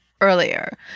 earlier